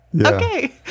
okay